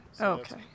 okay